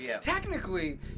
Technically